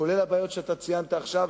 כולל הבעיות שאתה ציינת עכשיו.